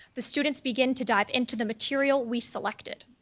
the students begin to dive into the material we selected.